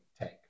take